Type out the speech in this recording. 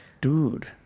Dude